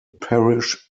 parish